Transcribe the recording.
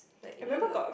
like you know the